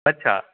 અચ્છા